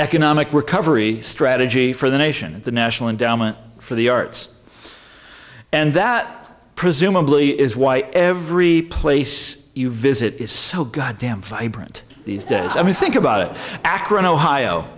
economic recovery strategy for the nation the national endowment for the arts and that presumably is why every place you visit is so goddamn fine print these days i mean think about it akron ohio